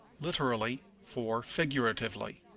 literally for figuratively.